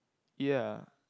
ye